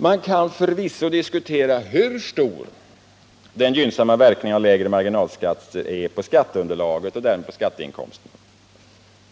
Man kan förvisso diskutera hur stor den gynnsamma verkan av lägre marginalskatt är på skatteunderlaget och därmed på skatteinkomsterna.